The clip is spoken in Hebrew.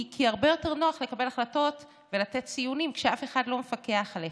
כי הרבה יותר נוח לקבל החלטות ולתת ציונים כשאף אחד לא מפקח עליך.